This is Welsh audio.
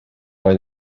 oedd